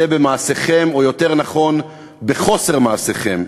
זה במעשיכם, או יותר נכון בחוסר מעשיכם.